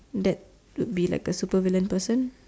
that would be like a supervillain person